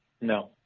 No